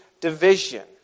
division